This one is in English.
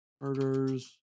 murders